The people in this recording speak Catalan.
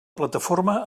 plataforma